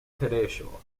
kaleŝo